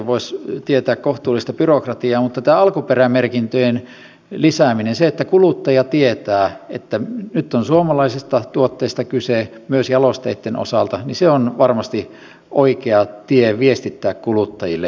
voisi tietää kohtuullista byrokratiaa mutta tämä alkuperämerkintöjen lisääminen se että kuluttaja tietää että nyt on suomalaisesta tuotteesta kyse myös jalosteitten osalta on varmasti oikea tie viestittää kuluttajille asioita